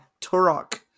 Turok